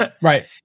Right